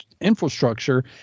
infrastructure